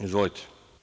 Izvolite.